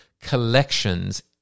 collections